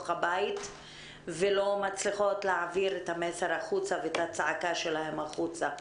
הבית ולא מצליחות להעביר את המסר החוצה ואת הצעקה שלהן החוצה.